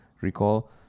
recall